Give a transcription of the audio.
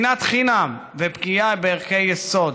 שנאת חינם ופגיעה בערכי יסוד